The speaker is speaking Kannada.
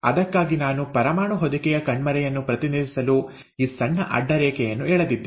ಅದಕ್ಕಾಗಿಯೇ ನಾನು ಪರಮಾಣು ಹೊದಿಕೆಯ ಕಣ್ಮರೆಯನ್ನು ಪ್ರತಿನಿಧಿಸಲು ಈ ಸಣ್ಣ ಅಡ್ಡರೇಖೆಯನ್ನು ಎಳೆದಿದ್ದೇನೆ